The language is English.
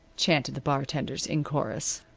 chanted the bartenders, in chorus.